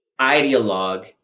ideologue